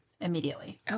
immediately